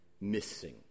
missing